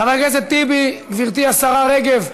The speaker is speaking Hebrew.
חבר הכנסת טיבי, גברתי השרה רגב,